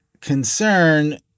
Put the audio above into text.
concern